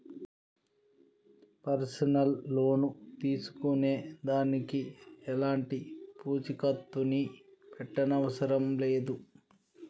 personal loan తీసుకునే దానికి ఎలాంటి పూచీకత్తుని పెట్టనవసరం లేదు